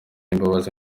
imbabazi